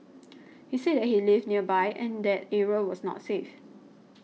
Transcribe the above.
he said that he lived nearby and that area was not safe